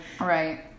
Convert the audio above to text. right